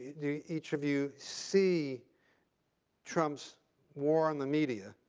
do you each of you see trump's war on the media